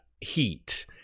heat